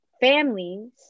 families